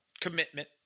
commitment